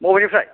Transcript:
मबेनिफ्राय